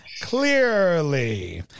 Clearly